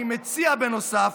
אני מציע, בנוסף,